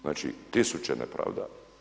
Znači tisuće nepravda.